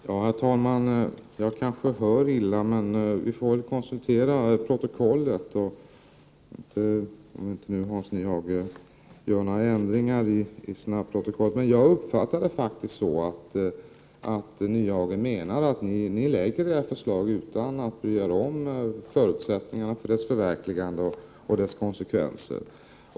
Herr talman! Jag kanske hör illa, men vi får väl konsultera protokollet — om nu inte Hans Nyhage gör några ändringar i snabbprotokollet. Jag uppfattade det faktiskt så, att Hans Nyhage menade att ni lägger fram era förslag utan att bry er om förutsättningarna för deras förverkliganden och deras konsekvenser.